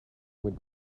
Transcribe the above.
would